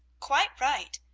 quite right.